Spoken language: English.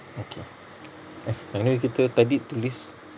okay anyway tadi kita tulis